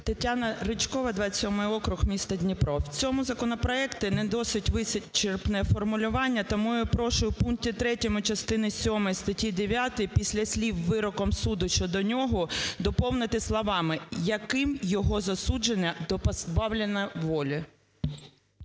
Тетяна Ричкова, 27 округ, місто Дніпро. В цьому законопроекті недосить вичерпне формулювання. Тому я прошу у пункті 3 частини сьомої статті 9 після слів "вироком суду щодо нього" доповнити словами "яким його засуджено до позбавлення волі".